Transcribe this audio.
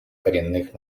коренных